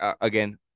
again